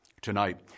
Tonight